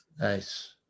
Nice